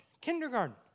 Kindergarten